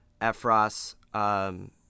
Efros